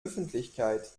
öffentlichkeit